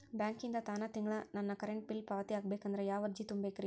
ಬ್ಯಾಂಕಿಂದ ತಾನ ತಿಂಗಳಾ ನನ್ನ ಕರೆಂಟ್ ಬಿಲ್ ಪಾವತಿ ಆಗ್ಬೇಕಂದ್ರ ಯಾವ ಅರ್ಜಿ ತುಂಬೇಕ್ರಿ?